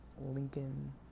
Lincoln